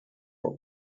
old